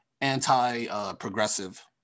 anti-progressive